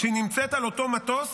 שהיא נמצאת על אותו מטוס